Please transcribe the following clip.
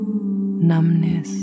numbness